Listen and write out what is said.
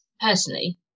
personally